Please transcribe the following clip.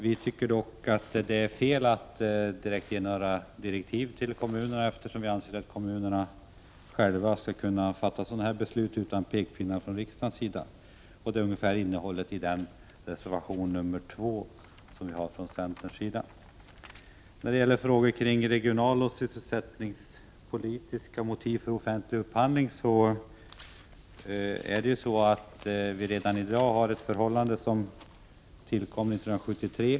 Vi tycker dock att det är fel att direkt ge några direktiv till kommunerna, eftersom vi anser att kommunerna själva skall kunna fatta sådana beslut utan pekpinnar från riksdagen. Detta är ungefär vad reservation 2 från centern innehåller. När det gäller regionaloch sysselsättningspolitiska motiv för offentlig upphandling vill jag säga följande. Den ordning vi har i dag tillkom 1973.